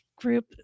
Group